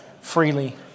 freely